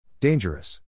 Dangerous